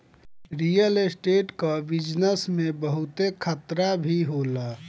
real state कअ business में बहुते खतरा भी होला